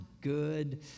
good